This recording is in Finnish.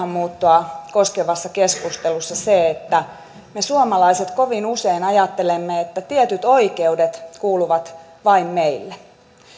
maahanmuuttoa koskevassa keskustelussa se että me suomalaiset kovin usein ajattelemme että tietyt oikeudet kuuluvat vain meille